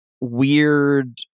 weird